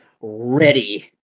ready